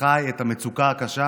וחי את המצוקה הקשה